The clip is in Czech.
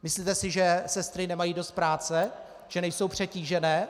Myslíte si, že sestry nemají dost práce, že nejsou přetížené?